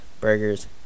Burgers